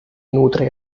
nutre